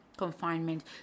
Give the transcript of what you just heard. confinement